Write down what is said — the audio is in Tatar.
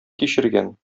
кичергән